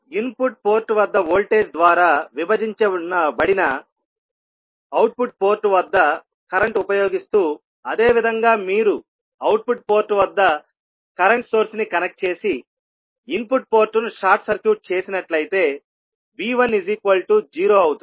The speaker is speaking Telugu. ఇన్పుట్ పోర్ట్ వద్ద వోల్టేజ్ ద్వారా విభజించబడిన అవుట్పుట్ పోర్ట్ వద్ద కరెంట్ ఉపయోగిస్తూ అదేవిధంగా మీరు అవుట్పుట్ పోర్ట్ వద్ద కరెంట్ సోర్స్ ని కనెక్ట్ చేసిఇన్పుట్ పోర్టు ను షార్ట్ సర్క్యూట్ చేసినట్లయితే V10అవుతుంది